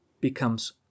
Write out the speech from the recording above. becomes